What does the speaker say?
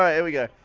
ah here we go,